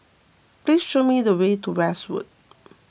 please show me the way to Westwood